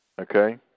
Okay